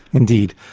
indeed.